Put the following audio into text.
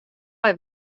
mei